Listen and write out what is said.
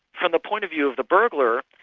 from the point of view of the burglar,